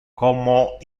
como